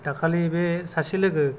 दाखालि बे सासे लोगो